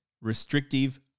restrictive